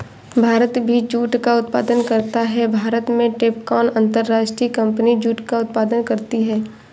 भारत भी जूट का उत्पादन करता है भारत में टैपकॉन अंतरराष्ट्रीय कंपनी जूट का उत्पादन करती है